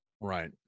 Right